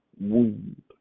wound